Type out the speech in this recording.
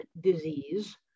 disease